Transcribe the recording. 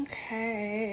Okay